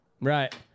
Right